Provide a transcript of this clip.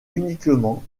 uniquement